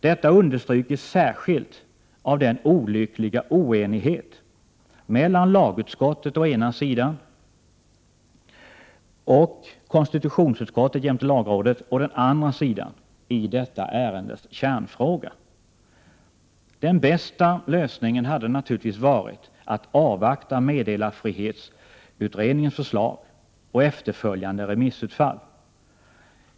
Detta understryks särskilt av den olyckliga oenigheten mellan lagutskottet å ena sidan och konstitutionsutskottet jämte lagrådet å den andra sidan i detta ärendes kärnfråga. Den bästa lösningen hade naturligtvis varit att avvakta meddelarfrihetsutredningens förslag och efterföljande remissutfall.